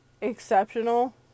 exceptional